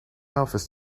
office